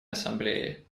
ассамблеей